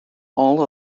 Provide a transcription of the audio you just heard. all